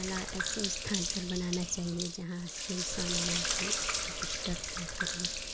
कला ऐसे स्थान पर बनाना चाहिए जहाँ सुनसान हो कोई आपको डिस्टर्ब ना करें